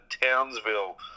Townsville